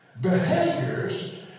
behaviors